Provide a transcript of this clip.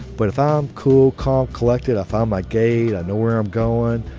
but if i'm cool, calm, collected. i found my gate, i know where i'm going,